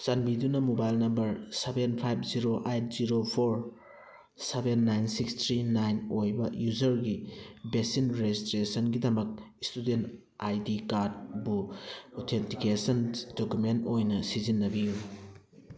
ꯆꯥꯟꯕꯤꯗꯨꯅ mobile number seven five zero eight zero four seven nine six three nine ꯑꯣꯏꯕ ꯌꯨꯖꯔꯒꯤ vaccine registration ꯒꯤꯗꯃꯛ ꯏꯁꯇꯨꯗꯦꯟ ꯑꯥꯏ ꯗꯤ ꯀꯥꯔꯗ ꯕꯨ ꯑꯣꯊꯦꯟꯇꯤꯀꯦꯁꯟ ꯗꯣꯀꯨꯃꯦꯟ ꯑꯣꯏꯅ ꯁꯤꯖꯤꯟꯅꯕꯤꯌꯨ